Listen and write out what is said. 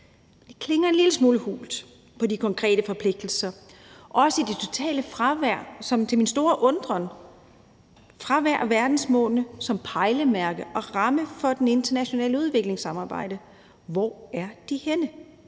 Det klinger en lille smule hult i forhold til de konkrete forpligtelser og også det totale fravær af verdensmålene, som til min store undren mangler som pejlemærke og ramme for det internationale udviklingssamarbejde. Hvor er de henne?